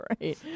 right